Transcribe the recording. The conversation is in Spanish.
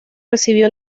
recibió